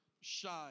shine